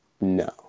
No